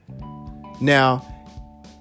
now